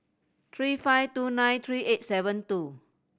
three five two nine three eight seven two